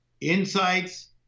insights